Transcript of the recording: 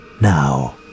Now